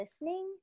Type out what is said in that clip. listening